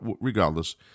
regardless